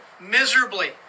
Miserably